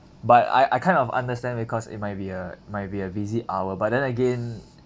but I I kind of understand because it might be a might be a busy hour but then again